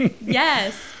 Yes